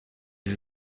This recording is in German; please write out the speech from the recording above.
sie